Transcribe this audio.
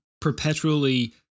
perpetually